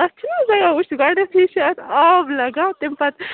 اَتھ چھُنہٕ حظ لَگان وٕچھ گۄڈٕنٮ۪تھٕے چھِ اَتھ آب لَگان تٔمۍ پَتہٕ